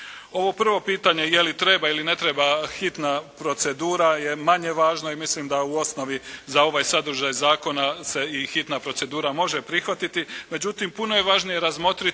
Ovo prvo pitanje je li treba ili ne treba hitna procedura je manje važno i mislim da u osnovi za ovaj sadržaj zakona se i hitna procedura može prihvatiti međutim puno je važnije razmotriti